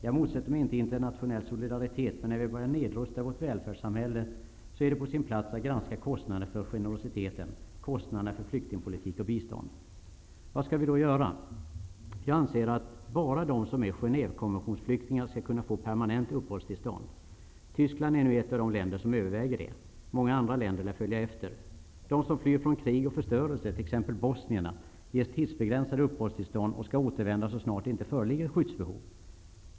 Jag motsätter mig inte internationell solidaritet, men när vi börjar att nedrusta vårt välfärdssamhälle är det på sin plats att granska kostnaderna för vår generositet -- kostnaderna för flyktingpolitik och välstånd. Vad skall vi då göra? Jag anser att bara de som är Genèvekonventionsflyktingar skall kunna få permanent uppehållstillstånd. Tyskland är nu ett av de länder som överväger detta. Många andra länder lär följa efter. De som flyr från krig och förstörelse, t.ex. bosnierna, ges tidsbegränsade uppehållstillstånd och skall återvända så snart det inte föreligger ett skyddsbehov.